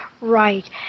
Right